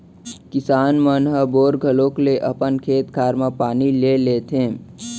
किसान मन ह बोर घलौक ले अपन खेत खार म पानी ले लेथें